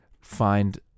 find